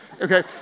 Okay